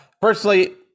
Personally